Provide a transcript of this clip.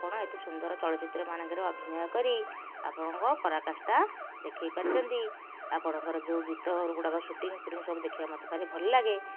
ଆପଣ ଏତେ ସୁନ୍ଦର ଚଳଚ୍ଚିତ୍ରମାନଙ୍କରେ ଅଭିନୟ କରି ଆପଣଙ୍କ ପରାକାଷ୍ଠା ଦେଖାଇ ପାରିଛନ୍ତି ଆପଣଙ୍କର ଯେଉଁ ଗୀତଗୁଡ଼ାକ ସୁଟିଙ୍ଗଫୁଟିଙ୍ଗ ସବୁ ଦେଖିବାକୁ ମୋତେ ଭାରି ଭଲଲାଗେ